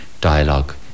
dialogue